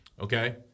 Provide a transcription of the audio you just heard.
Okay